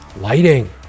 lighting